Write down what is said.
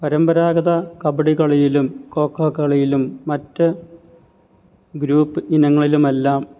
പരമ്പരാഗത കബഡി കളിയിലും കോ കോ കളിയിലും മറ്റ് ഗ്രൂപ്പ് ഇനങ്ങളിലുമെല്ലാം